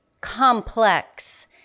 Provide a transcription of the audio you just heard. complex